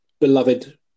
beloved